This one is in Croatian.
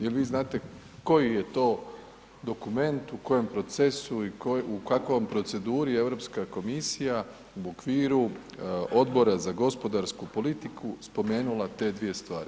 Jel vi znate koji je to dokument, u kojem procesu i u kakvoj proceduri je Europska komisija u okviru Odbora za gospodarsku politiku spomenula te dvije stvari?